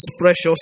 precious